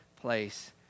place